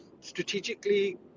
strategically